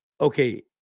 okay